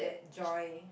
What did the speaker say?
joy